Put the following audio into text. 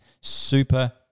super